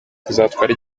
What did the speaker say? kuzatwara